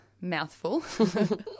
mouthful